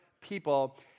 people